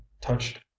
touched